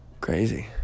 Crazy